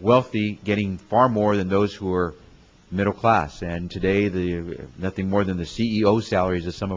well the getting far more than those who are middle class and today the nothing more than the c e o salaries of some